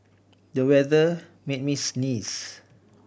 the weather made me sneeze